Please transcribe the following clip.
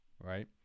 right